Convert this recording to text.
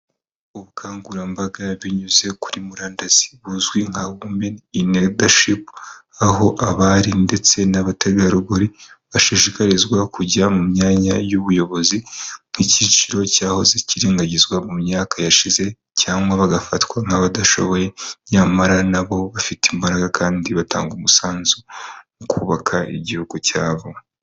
Ubukangurambaga binyuze kuri murandasi buzwi nka women in leadership, aho abari ndetse n'abategarugori bashishikarizwa kujya mu myanya y'ubuyobozi bw'icyiciro cyahoze kirengagizwa mu myaka yashize, cyangwa bagafatwa nk'abadashoboye, nyamara na bo bafite imbaraga kandi batanga umusanzu mu kubaka igihugu cyabo.